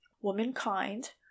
Womankind